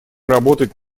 работать